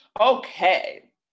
Okay